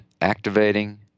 activating